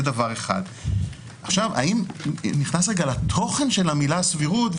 אם אני נכנס לתוכן של המילה סבירות,